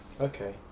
Okay